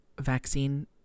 vaccine